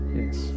yes